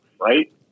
right